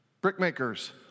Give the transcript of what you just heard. Brickmakers